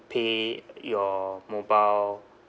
pay your mobile